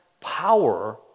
power